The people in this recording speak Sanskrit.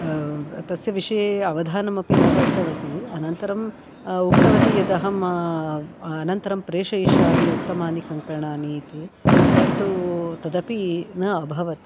तस्य विषये अवधानम् अपि न दत्तवती अनन्तरम् उक्तवती यद् अहम् अनन्तरं प्रेषयिष्यामि उत्तमानि कङ्कणानि इति परन्तु तदपि न अभवत्